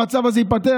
המצב הזה ייפתר,